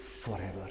forever